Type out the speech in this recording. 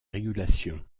régulation